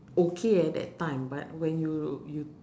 okay at that time but when you you